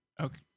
Okay